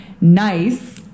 nice